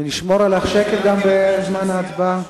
אנחנו נשמור על השקט גם בזמן ההצבעה.